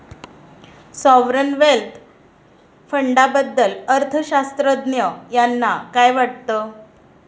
Sovereign wealth फंडाबद्दल अर्थअर्थशास्त्रज्ञ यांना काय वाटतं?